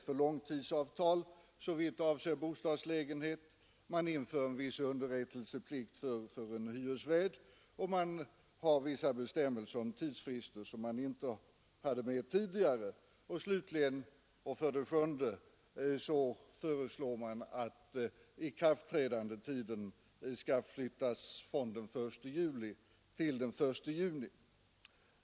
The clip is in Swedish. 5. Man inför en viss underrättelseplikt för en hyresvärd. 6. Man har vissa bestämmelser om tidsfrister som man inte hade med tidigare. 7. Man föreslår att ikraftträdandetiden skall flyttas från den 1 juli till den 1 juni.